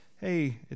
hey